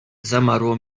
zamarło